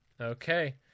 Okay